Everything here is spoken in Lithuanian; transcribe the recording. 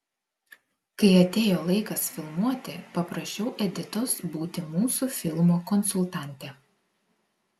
kai atėjo laikas filmuoti paprašiau editos būti mūsų filmo konsultante